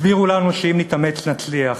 הסבירו לנו שאם נתאמץ נצליח,